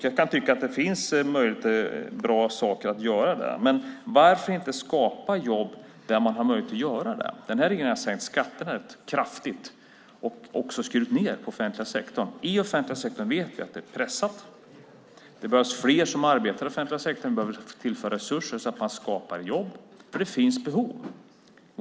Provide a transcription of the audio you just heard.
Jag kan tycka att det finns bra saker att göra där. Men varför inte skapa jobb där man har möjlighet att göra det? Den här regeringen har sänkt skatterna rätt kraftigt och också skurit ned på den offentliga sektorn. I den offentliga sektorn vet vi att det är pressat. Det behövs fler som arbetar i den offentliga sektorn. Det behövs tillföras resurser så att man skapar jobb. För det finns behov.